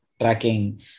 tracking